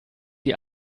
die